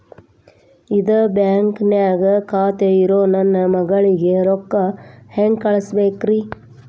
ಇದ ಬ್ಯಾಂಕ್ ನ್ಯಾಗ್ ಖಾತೆ ಇರೋ ನನ್ನ ಮಗಳಿಗೆ ರೊಕ್ಕ ಹೆಂಗ್ ಕಳಸಬೇಕ್ರಿ?